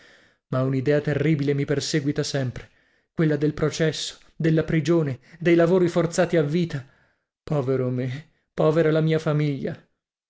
ma un'idea terribile mi perseguita sempre quella del processo della prigione dei lavori forzati a vita povero me povera la mia famiglia